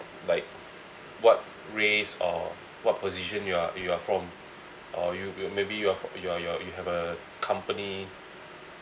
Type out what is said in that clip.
like what race or what position you are you are from or you you maybe you're fr~ you're you're you have a company